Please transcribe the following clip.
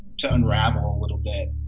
to unravel a little bit.